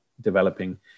developing